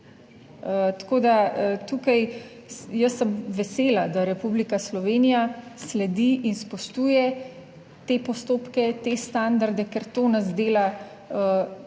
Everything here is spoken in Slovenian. Tako, da tukaj jaz sem vesela, da Republika Slovenija sledi in spoštuje te postopke, te standarde, ker to nas dela pravo